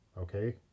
Okay